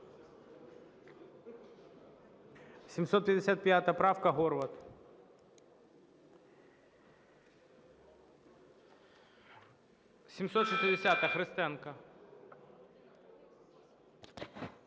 755 правка, Горват. 760-а, Христенко.